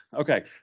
Okay